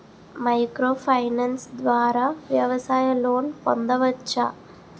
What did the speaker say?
Micro finance ద్వారా వ్యవసాయ loan పొందవచ్చా?